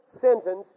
sentence